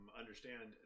understand